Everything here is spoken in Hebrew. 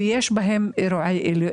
שיש בהם אלימות.